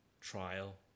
trial